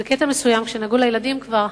ובקטע מסוים, כשנגעו בילדים, כבר